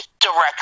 directly